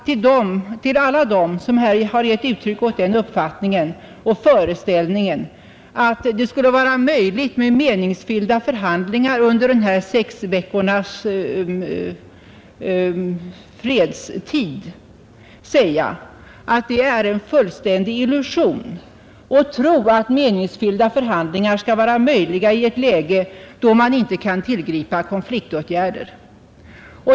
Till alla dem som här har givit uttryck åt uppfattningen att det skulle vara möjligt att föra meningsfyllda förhandlingar under de kommande sex veckornas arbetsfred vill jag säga, att det är en illusion att tro att meningsfyllda förhandlingar är möjliga i ett läge, där man inte kan tillgripa konfliktåtgärder.